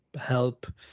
help